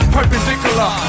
Perpendicular